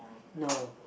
no